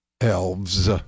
Elves